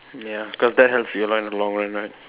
ya cause that helps you a lot in the long run right